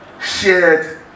Shared